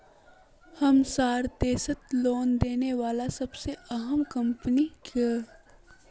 हमसार देशत लोन देने बला सबसे अहम कम्पनी क